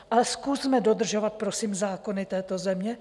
Ale zkusme dodržovat, prosím, zákony této země.